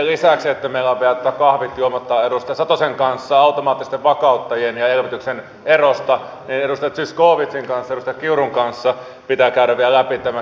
sen lisäksi että meillä on vielä kahvit juomatta edustaja satosen kanssa automaattisten vakauttajien ja elvytyksen erosta niin edustaja zyskowiczin ja edustaja kiurun kanssa pitää käydä vielä läpi tämä kilometrikorvausasia